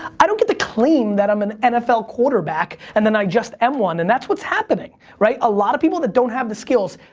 i don't get to claim that i'm an nfl quarterback and then i just am one. and that's what's happening, right? a lot of people that don't have the skills,